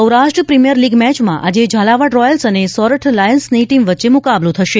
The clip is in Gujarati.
સૌરાષ્ટ્ર પ્રિમિયમ લીગ મેચમાં આજે ઝાલાવાડ રોયલ્સ અને સોરઠ લાયન્સની ટીમ વચ્ચે મુકાબલો થશે